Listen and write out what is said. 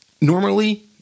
normally